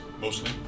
mostly